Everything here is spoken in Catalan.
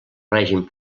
règim